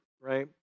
Right